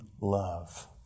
love